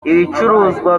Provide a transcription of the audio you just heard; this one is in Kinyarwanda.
ibiciro